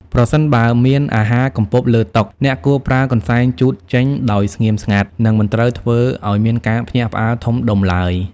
ប្រសិនបើមានអាហារកំពប់លើតុ អ្នកគួរប្រើកន្សែងជូតចេញដោយស្ងៀមស្ងាត់ និងមិនត្រូវធ្វើឱ្យមានការភ្ញាក់ផ្អើលធំដុំឡើយ។